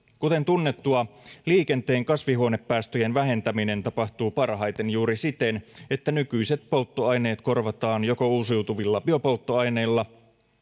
kuten tunnettua liikenteen kasvihuonepäästöjen vähentäminen tapahtuu parhaiten juuri siten että nykyiset polttoaineet korvataan joko uusiutuvilla biopolttoaineilla